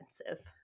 expensive